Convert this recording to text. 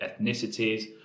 ethnicities